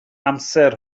amser